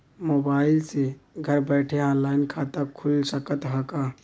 Mobile से घर बैठे ऑनलाइन खाता खुल सकत हव का?